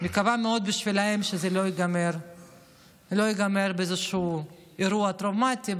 אני מקווה מאוד בשבילם שזה לא ייגמר באיזשהו אירוע טראומטי,